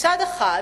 מצד אחד,